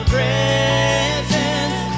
presence